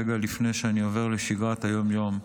רגע לפני שאני עובר לישיבת היום-יום,